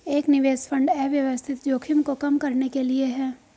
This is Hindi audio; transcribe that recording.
एक निवेश फंड अव्यवस्थित जोखिम को कम करने के लिए है